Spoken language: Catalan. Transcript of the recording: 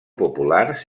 populars